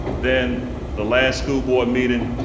then the last school board meeting,